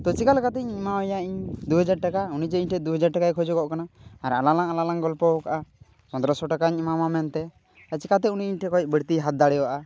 ᱛᱚ ᱪᱮᱠᱟ ᱞᱮᱠᱟᱛᱮᱧ ᱮᱢᱟᱣᱭᱟ ᱤᱧ ᱫᱩ ᱦᱟᱡᱟᱨ ᱴᱟᱠᱟ ᱩᱱᱤᱡᱮ ᱤᱧ ᱴᱷᱮᱱ ᱫᱩ ᱦᱟᱡᱟᱨ ᱴᱟᱠᱟᱭ ᱠᱷᱚᱡᱚᱜᱚᱜ ᱠᱟᱱᱟ ᱟᱨ ᱟᱞᱟᱝᱞᱟᱝ ᱟᱞᱟᱝᱞᱟᱝ ᱜᱚᱞᱯᱚᱣ ᱠᱟᱜᱼᱟ ᱯᱚᱸᱫᱽᱨᱚᱥᱚ ᱴᱟᱠᱟᱧ ᱮᱢᱟᱢᱟ ᱢᱮᱱᱛᱮ ᱟᱨ ᱪᱤᱠᱟᱹᱛᱮ ᱩᱱᱤ ᱤᱧ ᱴᱷᱮᱱ ᱠᱷᱚᱱ ᱵᱟᱹᱲᱛᱤᱭ ᱦᱟᱛ ᱫᱟᱲᱮᱭᱟᱜᱼᱟ